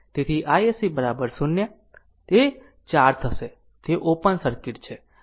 તેથી iSC 0 તેથી તે 4 થશે તે ઓપન સર્કિટ છે